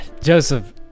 Joseph